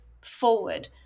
forward